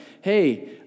hey